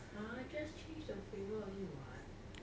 !huh! just change the flavour only what